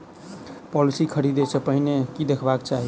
Policy खरीदै सँ पहिने की देखबाक चाहि?